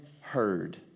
heard